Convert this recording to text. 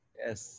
yes